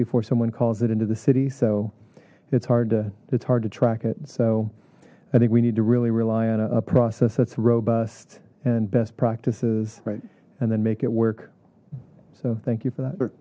before someone calls it into the city so it's hard to it's hard to track it so i think we need to really rely on a process that's robust and best practices right and then make it work so thank you for that